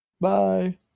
Bye